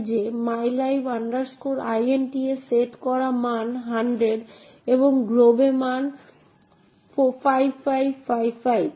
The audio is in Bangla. তাই মূলত এটি পেজ টেবিল মেকানিজম দ্বারা করা হয় যখন অপারেটিং সিস্টেম এই পৃষ্ঠা টেবিল তৈরি করে এবং এই টেবিল পৃষ্ঠা টেবিলগুলি পরিচালনা করার জন্য হার্ডওয়্যারটি কনফিগার করে